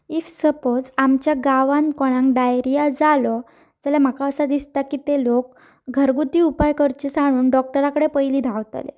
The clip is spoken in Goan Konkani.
इफ सपोज आमच्या गांवांत कोणाक डायरिया जालो जाल्यार म्हाका असो दिसता की ते लोक घरगुती उपाय करचे साणून डॉक्टरा कडेन पयलीं धांवतले